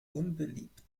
unbeliebt